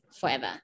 forever